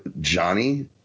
Johnny